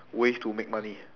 ways to make money